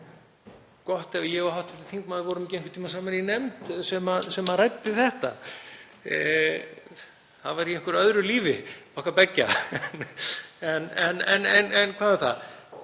gott ef við hv. þingmaður vorum ekki einhvern tíma saman í nefnd sem ræddi þetta. Það var í einhverju öðru lífi okkar beggja. En hvað um það,